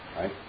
right